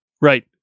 Right